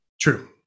True